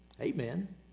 Amen